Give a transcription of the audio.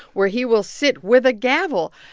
where he will sit with a gavel.